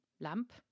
lamp